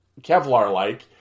Kevlar-like